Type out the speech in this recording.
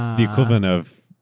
the equivalent of,